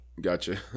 Gotcha